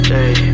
Hey